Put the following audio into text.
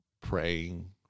Praying